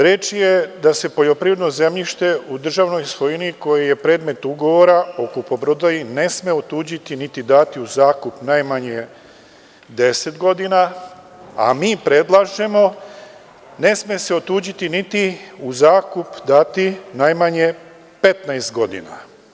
Reč je da se poljoprivredno zemljište u državnoj svojini koje je predmet ugovora o kupoprodaji ne sme otuđiti niti dati u zakup najmanje 10 godina, a mi predlažemo - ne sme se otuđiti niti u zakup dati najmanje 15 godina.